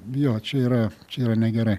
jo čia yra čia yra negerai